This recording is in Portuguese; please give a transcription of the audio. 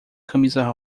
camisa